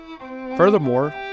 Furthermore